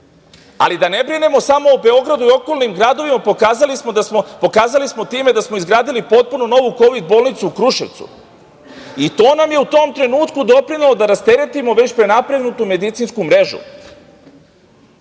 ali da ne brinemo samo o Beogradu i okolnim gradovima, pokazali smo time da smo izgradili potpuno novu kovid bolnicu u Kruševcu, i to nam je u tom trenutku doprinelo da rasteretimo već prenapregnutu medicinsku